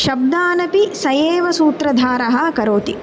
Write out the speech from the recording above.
शब्दानपि सः एव सूत्रधारः करोति